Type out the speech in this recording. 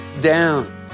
down